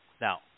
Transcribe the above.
Now